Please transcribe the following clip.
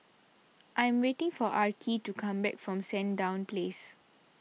I am waiting for Arkie to come back from Sandown Place